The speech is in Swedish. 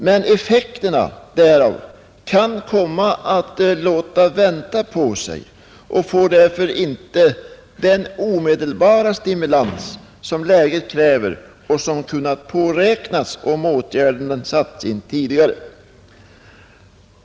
Men effekterna därav kan komma att låta vänta på sig och medför därför inte den omedelbara stimulans som läget kräver och som kunnat påräknas om åtgärderna satts in tidigare.